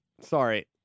Sorry